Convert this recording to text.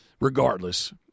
regardless